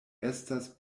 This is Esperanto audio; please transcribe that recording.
estas